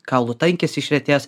kaulų tankis išretėjęs